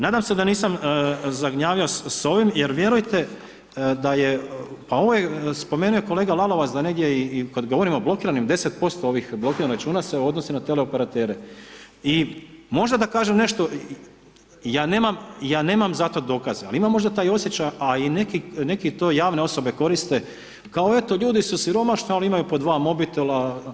Nadam se da nisam zagnjavio sa ovim jer vjerujte da je, a ovo je spomenuo kolega Lalovac da negdje i kad govorimo o blokiranim, 10% ovih blokiranih računa se odnosi na teleoperatere i možda da kažem nešto, ja nemam za to dokaza ali imam možda taj osjećaj a i neke to javne osobe koriste kao eto ljude koriste kao eto ljudi su siromašni ali imaju po dva mobitela.